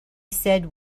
said